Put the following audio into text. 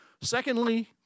Secondly